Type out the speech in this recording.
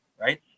right